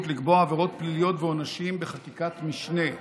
לקבוע עבירות פליליות ועונשים בחקיקת משנה.